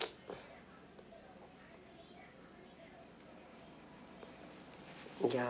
ya